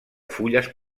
fulles